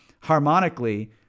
harmonically